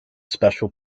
special